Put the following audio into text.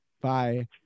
bye